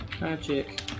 Magic